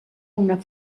una